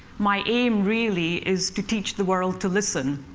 my aim, really, is to teach the world to listen.